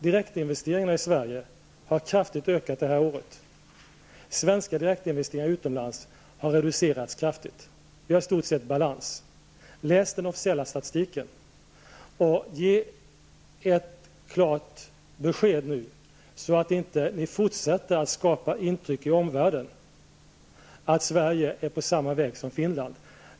Direktinvesteringarna i Sverige har kraftigt ökat under detta år. Svenska direktinvesteringar utomlands har reducerats kraftigt. Det råder i stort sett balans. Läs den officiella statistiken! Jag vill att ni nu skall ge ett klart besked, så att ni inte fortsätter att skapa intrycket i omvärlden av att Sverige är på väg åt samma håll som Finland.